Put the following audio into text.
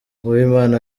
uwimana